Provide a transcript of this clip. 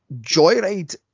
joyride